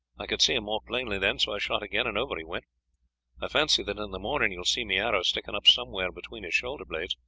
i could see him more plainly then, so i shot again, and over he went. i fancy that in the morning you will see my arrow sticking up somewhere between his shoulder-blades,